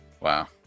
Wow